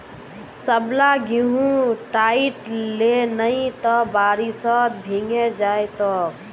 सबला गेहूं हटई ले नइ त बारिशत भीगे जई तोक